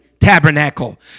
Tabernacle